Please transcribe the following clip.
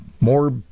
more